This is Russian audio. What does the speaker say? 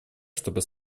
чтобы